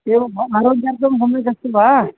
एवम् आरोग्यं तु सम्यक् अस्ति वा